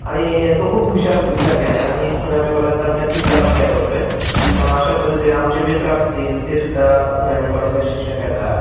आणि तो खूप हुशार विद्यार्थी आहे आणि संगमनेर कॉलेजचा नक्की त्याला फायदा होतोय अशा पद्धतीने आमचे मित्र असतील ते सुद्धा संगमनेर कॉलेजमध्ये शिक्षण घेतात